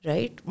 Right